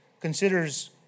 considers